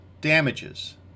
damages